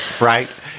Right